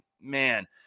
Man